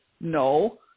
no